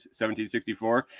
1764